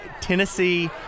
Tennessee